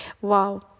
wow